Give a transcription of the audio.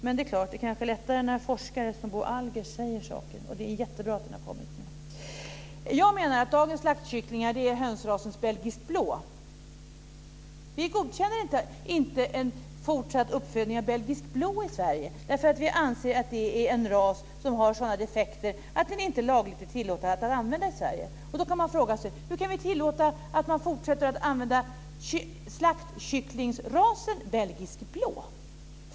Men det är kanske lättare när forskare som Bo Algers säger saker. Det är jättebra att detta har kommit nu. Jag menar att dagens slaktkycklingar är hönsrasens belgisk blå. Vi godkänner inte en fortsatt uppfödning av belgisk blå i Sverige. Vi anser att det är en ras som har sådana defekter att det inte är lagligt tillåtet att använda den i Sverige. Då kan man fråga sig: Hur kan vi tillåta att man fortsätter att använda slaktkycklingsrasen belgisk blå?